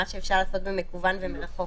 מה שאפשר לעשות במקוון ומרחוק,